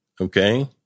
Okay